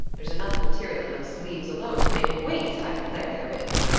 there's enough material in those sleeves alone to make a waist, i declare there is.